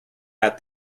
and